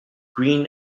green